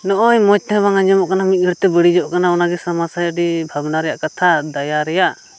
ᱱᱚᱜᱼᱚᱭ ᱢᱚᱡᱽ ᱛᱮᱦᱚᱸ ᱵᱟᱝ ᱟᱡᱚᱢᱚᱜ ᱠᱟᱱᱟ ᱢᱤᱫ ᱜᱷᱟᱹᱲᱤᱡ ᱛᱮ ᱵᱟᱹᱲᱤᱡᱚᱜ ᱠᱟᱱᱟ ᱚᱱᱟᱜᱮ ᱥᱚᱢᱚᱥᱥᱟ ᱟᱹᱰᱤ ᱵᱷᱟᱵᱽᱱᱟ ᱨᱮᱭᱟᱜ ᱠᱟᱛᱷᱟ ᱫᱟᱭᱟ ᱨᱮᱭᱟᱜ